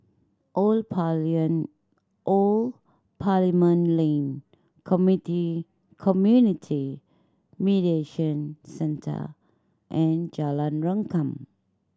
Old Old Parliament Lane Community Mediation Centre and Jalan Rengkam